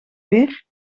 weer